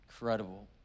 Incredible